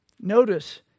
Notice